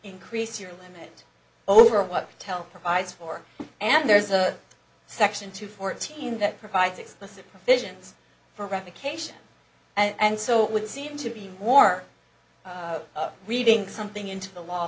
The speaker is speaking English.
increase your limit over what tell provides for and there's a section two fourteen that provides explicit provisions for revocation and so it would seem to be more reading something into the law